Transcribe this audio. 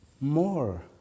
more